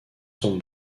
son